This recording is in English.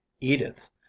edith